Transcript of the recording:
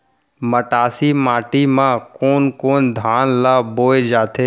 मटासी माटी मा कोन कोन धान ला बोये जाथे?